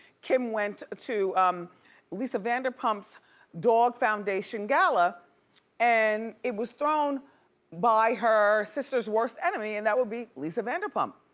kim went to lisa vanderpump's dog foundation gala and it was thrown by her sister's worst enemy and that would be lisa vanderpump.